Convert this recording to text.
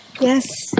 Yes